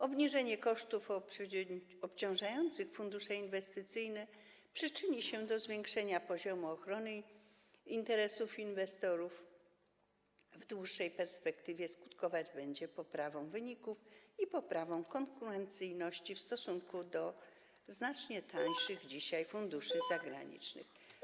Obniżenie kosztów obciążających fundusze inwestycyjne przyczyni się do zwiększenia poziomu ochrony interesów inwestorów, a w dłuższej perspektywie skutkować będzie poprawą wyników i poprawą konkurencyjności w stosunku do znacznie tańszych dzisiaj funduszy zagranicznych.